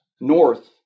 north